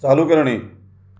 चालू करणे